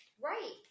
right